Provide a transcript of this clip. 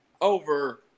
over